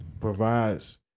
provides